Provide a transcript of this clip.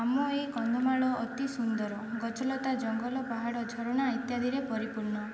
ଆମ ଏ କନ୍ଧମାଳ ଅତି ସୁନ୍ଦର ଗଛଲତା ଜଙ୍ଗଲ ପାହାଡ ଝରଣା ଇତ୍ୟାଦିରେ ପରିପୂର୍ଣ